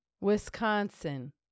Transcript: Wisconsin